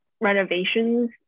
renovations